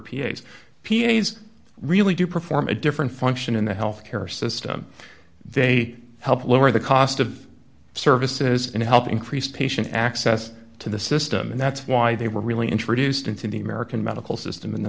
peonies really do perform a different function in the health care system they help lower the cost of services and help increase patient access to the system and that's why they were really introduced into the american medical system in the